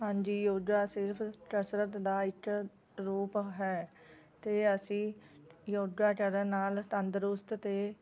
ਹਾਂਜੀ ਯੋਗਾ ਸਿਰਫ ਕਸਰਤ ਦਾ ਇੱਕ ਰੂਪ ਹੈ ਅਤੇ ਅਸੀਂ ਯੋਗਾ ਕਰਨ ਨਾਲ ਤੰਦਰੁਸਤ ਅਤੇ